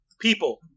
people